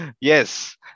Yes